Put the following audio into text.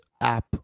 app